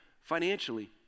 financially